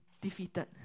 defeated